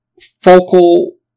focal